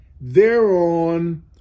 thereon